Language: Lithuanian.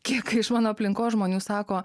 kiek iš mano aplinkos žmonių sako